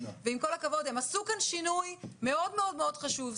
ועם כל הכבוד הם עשו כאן שינוי מאוד מאוד מאוד חשוב.